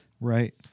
Right